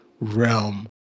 realm